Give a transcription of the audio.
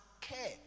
care